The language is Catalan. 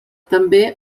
també